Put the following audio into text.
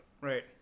right